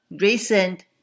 recent